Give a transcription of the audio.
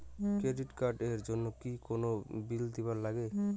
Credit card এর জন্যে কি কোনো বিল দিবার লাগে?